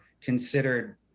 considered